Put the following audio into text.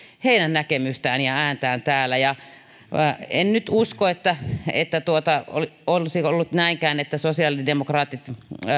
heidän näkemystään ja ääntään täällä en nyt usko että että olisi ollut näinkään että sosiaalidemokraatit